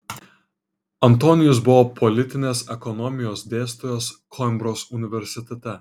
antonijus buvo politinės ekonomijos dėstytojas koimbros universitete